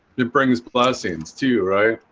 it brings blessings to you, right?